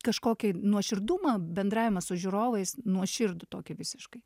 kažkokį nuoširdumą bendravimą su žiūrovais nuoširdų tokį visiškai